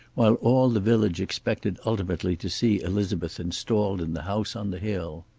while all the village expected ultimately to see elizabeth installed in the house on the hill.